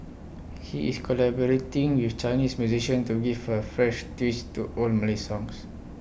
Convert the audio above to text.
he is collaborating with Chinese musician to give A fresh twist to old Malay songs